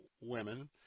women